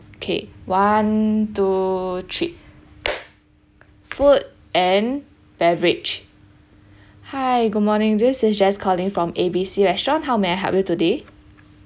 okay one two three food and beverage hi good morning this is jess calling from A B C restaurant how may I help you today